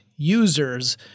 Users